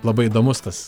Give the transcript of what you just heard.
labai įdomus tas